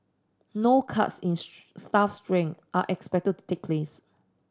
no cuts in staff strength are expected to take place